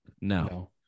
No